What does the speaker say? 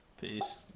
Peace